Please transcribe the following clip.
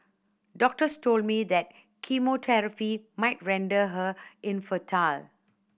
doctors told me that chemotherapy might render her infertile